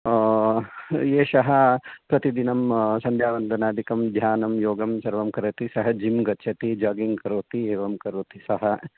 एषः प्रतिदिनम् सन्ध्यावन्दनादिकं ध्यानं योगं सर्वं करोति सः जिम् गच्छति जागिङ्ग् करोति एवं करोति सः